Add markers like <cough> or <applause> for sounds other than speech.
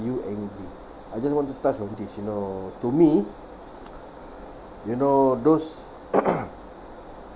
you angry I just want to touch on this you know to me you know those <coughs>